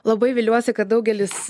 labai viliuosi kad daugelis